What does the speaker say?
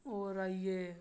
और आई गे